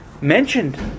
mentioned